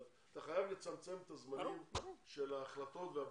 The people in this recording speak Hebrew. אבל אתה חייב לצמצם את הזמנים של ההחלטות והבדיקות.